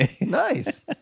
Nice